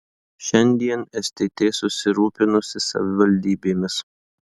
šiandien stt susirūpinusi savivaldybėmis